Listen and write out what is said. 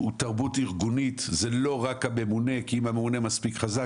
זאת תרבות ארגונית וזה לא רק הממונה כי אם הממונה מספיק חזק,